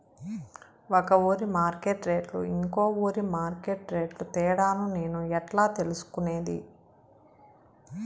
ఒక ఊరి మార్కెట్ రేట్లు ఇంకో ఊరి మార్కెట్ రేట్లు తేడాను నేను ఎట్లా తెలుసుకునేది?